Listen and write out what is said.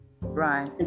Right